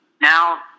now